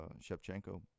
Shevchenko